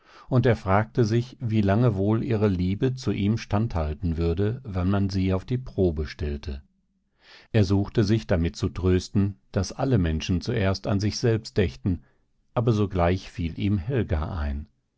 und er fragte sich wie lange wohl ihre liebe zu ihm standhalten würde wenn man sie auf die probe stellte er suchte sich damit zu trösten daß alle menschen zuerst an sich selbst dächten aber sogleich fiel ihm helga ein